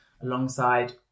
alongside